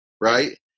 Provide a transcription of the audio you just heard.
right